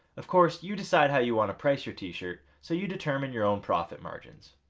of course, you decide how you want to price your t-shirt so you determine your own profit margins.